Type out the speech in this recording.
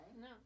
No